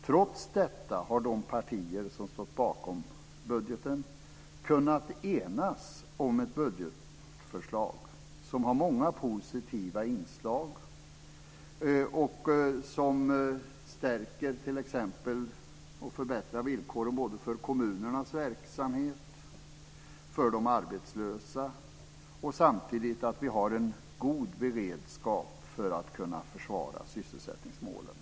Trots detta har de partier som stått bakom budgeten kunnat enas om ett budgetförslag som har många positiva inslag och som förbättrar villkoren både för kommunernas verksamhet och för de arbetslösa. Samtidigt har vi en god beredskap för att försvara sysselsättningsmålen.